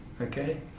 okay